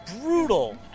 brutal